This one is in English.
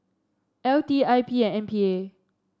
L T I P and M P A